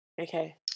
Okay